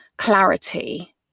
clarity